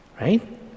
right